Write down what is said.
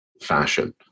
fashion